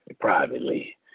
privately